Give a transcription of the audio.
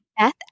Beth